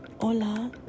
hola